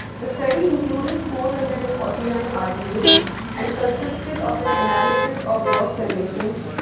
the study included four hundred and forty nine artisans and consisted of an analysis of work conditions,